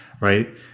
right